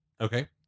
Okay